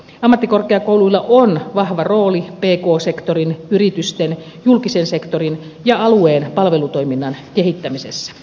ammattikorkeakouluilla on vahva rooli pk sektorin yritysten julkisen sektorin ja alueen palvelutoiminnan kehittämisessä